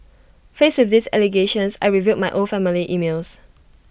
faced with these allegations I reviewed my old family emails